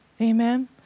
Amen